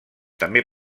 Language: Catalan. també